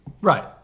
Right